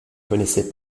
connaissait